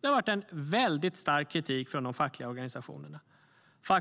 Det har varit en väldigt stark kritik från de fackliga organisationerna. Vi